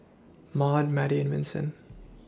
Maude Mattie and Vinson